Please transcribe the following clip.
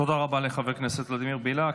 תודה רבה לחבר הכנסת ולדימיר בליאק.